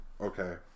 okay